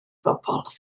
bobol